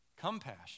compassion